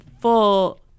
full